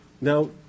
Now